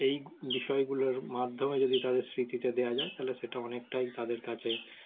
এই বিষয়গুলোর মাধ্যমে যদি তাদের স্মৃতিতে দেওয়া যায় তাহলে সেটা অনেকটাই তাদের কাছে